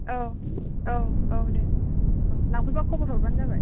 औ औ औ दे औ लांफैबा खबर हरबानो जाबाय